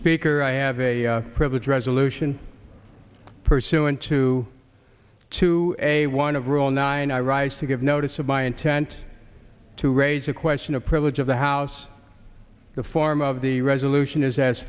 speaker i have a privilege resolution pursuant to two a one of rule nine i rise to give notice of my intent to raise a question of privilege of the house the form of the resolution is as